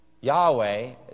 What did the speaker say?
Yahweh